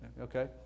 Okay